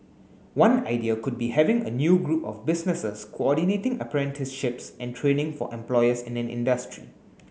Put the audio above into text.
one idea could be having a new group of businesses coordinating apprenticeships and training for employers in an industry